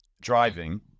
driving